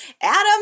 Adam